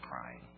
crying